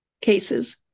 cases